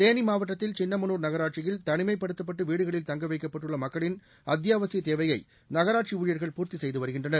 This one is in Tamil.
தேனி மாவட்டத்தில் சின்னமனூர் நகராட்சியில் தனிமைப்படுத்தப்பட்டு வீடுகளில் தங்க வைக்கப்பட்டுள்ள மக்களின் அத்தியாவசிய தேவையை நகராட்சி ஊழியர்கள் பூர்த்தி செய்து வருகின்றனர்